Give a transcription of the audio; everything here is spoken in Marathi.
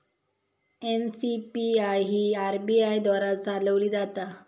एन.सी.पी.आय ही आर.बी.आय द्वारा चालवली जाता